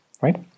right